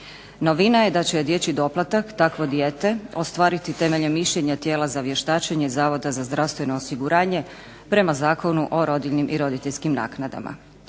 Novina je da će dječji doplatak takvo dijete ostvariti temeljem mišljenja tijela za vještačenje Zavoda za zdravstveno osiguranje prema Zakonu o rodiljnim i roditeljskim naknadama.